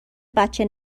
بچه